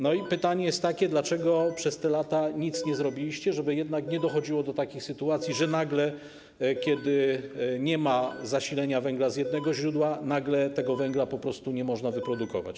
No i pytanie jest takie: Dlaczego przez te lata nic nie zrobiliście, żeby jednak nie dochodziło do takich sytuacji, że kiedy nie ma zasilenia węglem z jednego źródła, nagle tego węgla po prostu nie można wyprodukować?